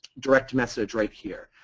direct message right here.